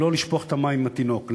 לא לשפוך את המים עם התינוק,